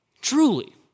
Truly